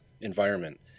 environment